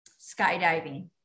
Skydiving